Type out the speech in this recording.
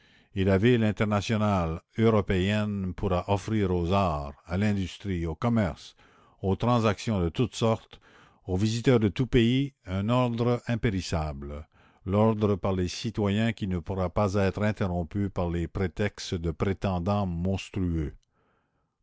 et la ville internationale européenne pourra offrir aux arts à l'industrie au commerce aux transactions de toutes sortes aux visiteurs de tous pays un ordre impérissable l'ordre par les citoyens qui ne pourra pas être interrompu par les prétextes de prétendants monstrueux